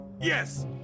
Yes